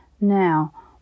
now